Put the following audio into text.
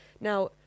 Now